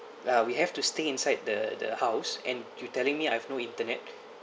ah we have to stay inside the the house and you telling me I have no internet